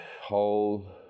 hold